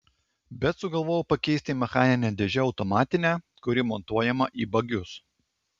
bet sugalvojau pakeisti mechaninę dėžę automatine kuri montuojama į bagius